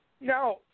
Now